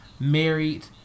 married